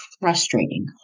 frustrating